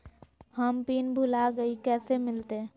हम पिन भूला गई, कैसे मिलते?